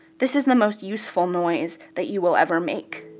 this is the most useful noise that you will ever make.